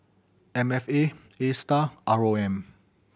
M F A Astar R O M